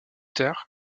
tard